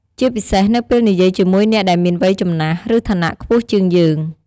ជាពិសេសនៅពេលនិយាយជាមួយអ្នកដែលមានវ័យចំណាស់ ឬឋានៈខ្ពស់ជាងយើង។